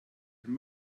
den